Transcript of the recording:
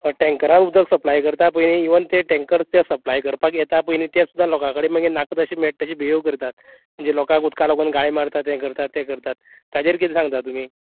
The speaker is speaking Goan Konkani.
हय टेंकरा उदक सप्लाय करतां पळय इवन तें टेंकर ते सप्लाय करपाक येता पयलीं तें सुद्दां लोकां कडेन नाका तशें मेळटा तशें बिहेव करतात म्हणजे लोकांक उदकाक लागून गाळी मारतात यें करतात तें करतात ताजेर कितें सांगता तुमी